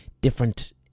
different